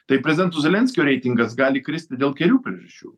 tai prezidento zelenskio reitingas gali kristi dėl kelių priežasčių